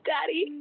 Daddy